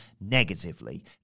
negatively